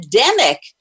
pandemic